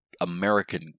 American